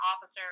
officer